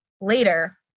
later